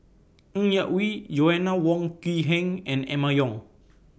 Ng Yak Whee Joanna Wong Quee Heng and Emma Yong